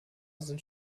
sind